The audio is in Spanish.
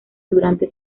durante